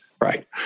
right